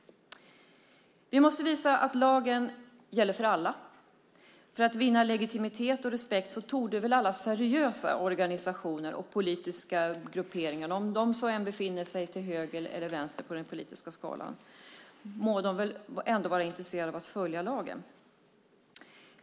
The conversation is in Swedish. Vi måste visa att lagen gäller för alla. För att vinna legitimitet och respekt torde väl alla seriösa organisationer och politiska grupperingar, om de så befinner sig till höger eller till vänster på den politiska skalan, vara intresserade av att följa lagen.